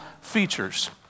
features